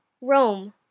Rome